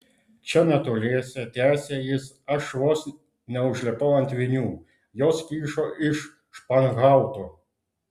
čia netoliese tęsė jis aš vos neužlipau ant vinių jos kyšo iš španhauto